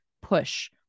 push